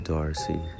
Darcy